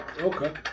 Okay